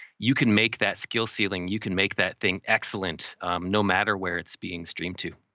you can make that skill ceiling. you can make that thing excellent no matter where it's being streamed to.